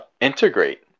integrate